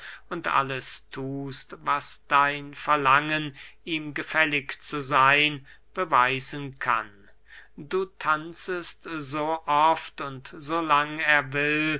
und alles thust was dein verlangen ihm gefällig zu seyn beweisen kann du tanzest so oft und so lang er will